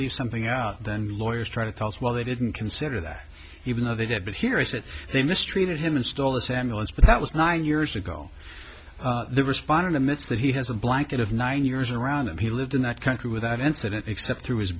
leave something out then lawyers try to tell us well they didn't consider that even though they did but here is that they mistreated him and stole this ambulance but that was nine years ago they responded to miss that he has a blanket of nine years around and he lived in that country without incident except through his